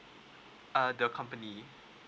uh the company